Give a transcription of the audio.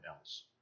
else